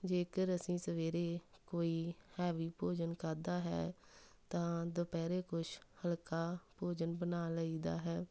ਜੇਕਰ ਅਸੀਂ ਸਵੇਰੇ ਕੋਈ ਹੈਵੀ ਭੋਜਨ ਖਾਧਾ ਹੈ ਤਾਂ ਦੁਪਹਿਰੇ ਕੁਛ ਹਲਕਾ ਭੋਜਨ ਬਣਾ ਲਈਦਾ ਹੈ